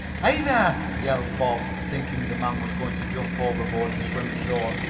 hey there! yelled bob, thinking the man was going to jump overboard and swim ashore.